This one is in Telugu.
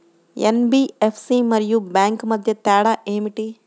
ఎన్.బీ.ఎఫ్.సి మరియు బ్యాంక్ మధ్య తేడా ఏమిటీ?